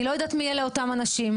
אני לא יודעת מי אלה אותם אנשים.